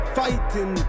fighting